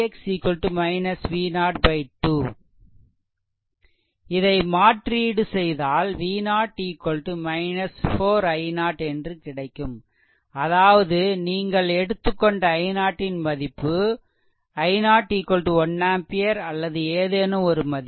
மற்றும் ix V0 2 இதை மாற்றீடு செய்தால் V0 4 i0 என்று கிடைக்கும் அதாவது நீங்கள் எடுத்துக்கொண்ட i0 ன் மதிப்பு i0 1 ஆம்பியர் அல்லது ஏதேனும் ஒரு மதிப்பு